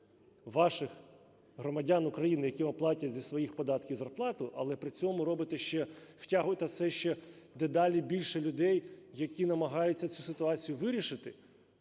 ваших громадян України, які вам платять зі своїх податків зарплату, але при цьому робите ще, втягуєте все ще дедалі більше людей, які намагаються цю ситуацію вирішити?